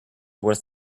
worth